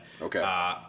Okay